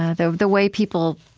ah the the way people,